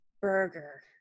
burger